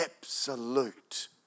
absolute